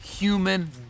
human